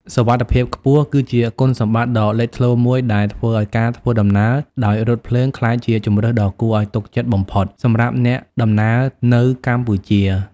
សុវត្ថិភាពខ្ពស់ គឺជាគុណសម្បត្តិដ៏លេចធ្លោមួយដែលធ្វើឱ្យការធ្វើដំណើរដោយរថភ្លើងក្លាយជាជម្រើសដ៏គួរឱ្យទុកចិត្តបំផុតសម្រាប់អ្នកដំណើរនៅកម្ពុជា។